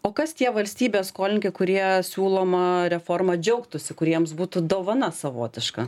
o kas tie valstybės skolininkai kurie siūloma reforma džiaugtųsi kuriems būtų dovana savotiška